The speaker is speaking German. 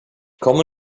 komme